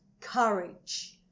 courage